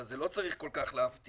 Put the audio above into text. אז זה לא צריך כל כך להפתיע,